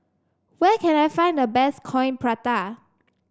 where can I find the best Coin Prata